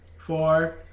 Four